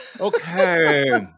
Okay